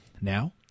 Now